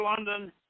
London